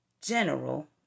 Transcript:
general